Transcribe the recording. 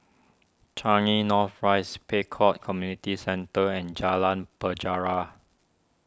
Changi North Rise Pek Kio Community Centre and Jalan Penjara